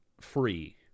free